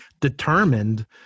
determined